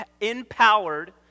empowered